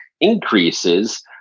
increases